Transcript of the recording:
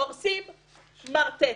הורסים מרתף.